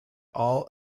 all